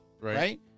Right